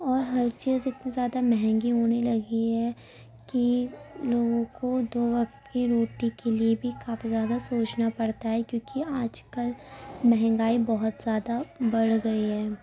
اور ہر چیز اتنی زیادہ مہنگی ہونے لگی ہے کہ لوگوں کو دو وقت کی روٹی کے لیے بھی کافی زیادہ سوچنا پڑتا ہے کیونکہ آج کل مہنگائی بہت زیادہ بڑھ گئی ہے